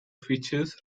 features